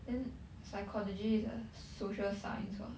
then psychology is a social science [what]